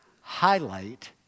Highlight